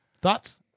thoughts